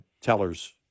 tellers